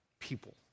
people